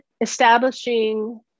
establishing